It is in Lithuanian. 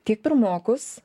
tiek pirmokus